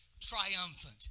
triumphant